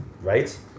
right